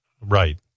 Right